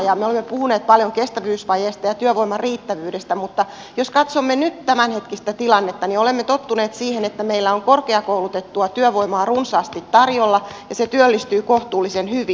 me olemme puhuneet paljon kestävyysvajeesta ja työvoiman riittävyydestä mutta jos katsomme nyt tämänhetkistä tilannetta niin olemme tottuneet siihen että meillä on korkeakoulutettua työvoimaa runsaasti tarjolla ja se työllistyy kohtuullisen hyvin